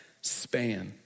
span